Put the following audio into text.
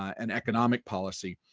and economic policy.